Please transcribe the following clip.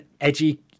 edgy